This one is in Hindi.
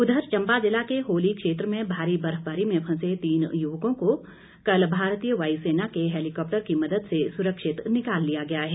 उधर चंबा जिला के होली क्षेत्र में भारी बर्फबारी में फंसे तीन युवकों को कल भारतीय वायुसेना के हेलीकॉप्टर की मदद से सुरक्षित निकाल लिया गया है